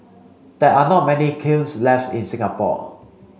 there are not many kilns left in Singapore